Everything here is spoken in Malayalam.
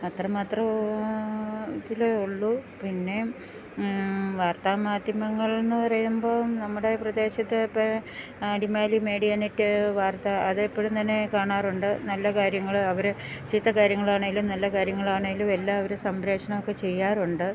അത്ര മാത്രം ഓ ആ ഇതിൽ ഉള്ളൂ പിന്നെ വാർത്താ മാധ്യമങ്ങൾ എന്ന് പറയുമ്പം നമ്മുടെ പ്രദേശത്ത് ഇപ്പോൾ അടിമാലി മീഡിയാനെറ്റ് വാർത്ത അതെപ്പഴും തന്നെ കാണാറുണ്ട് നല്ല കാര്യങ്ങൾ അവർ ചീത്ത കാര്യങ്ങളാണേലും നല്ല കാര്യങ്ങളാണേലു എല്ലാവരും സംരക്ഷണമൊക്കെ ചെയ്യാറുണ്ട്